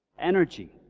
energy